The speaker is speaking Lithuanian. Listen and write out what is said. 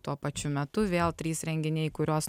tuo pačiu metu vėl trys renginiai kuriuos